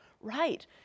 right